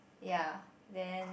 ya then